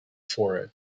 for